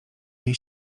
jej